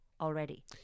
already